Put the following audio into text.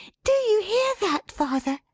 do you hear that, father!